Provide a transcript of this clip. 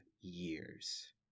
years